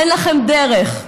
אין לכם דרך,